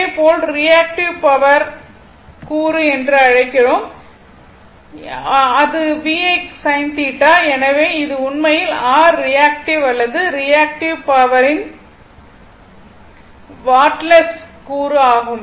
இதேபோல் reactive power VI sin θ எனவே இது உண்மையில் r ரியாக்ட்டிவ் அல்லது ரியாக்ட்டிவ் பவரின் வாட்லெஸ் கூறு ஆகும்